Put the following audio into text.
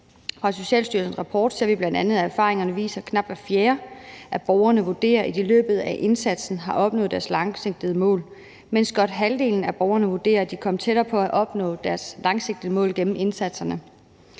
I Socialstyrelsens rapport ser vi bl.a., at erfaringerne viser, at knap hver fjerde af borgerne vurderer, at de i løbet af indsatsen har opnået deres langsigtede mål, mens godt halvdelen af borgerne vurderer, at de er kommet tættere på at have opnået deres langsigtede mål gennem indsatserne.